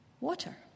water